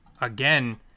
again